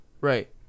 right